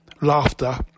laughter